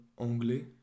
anglais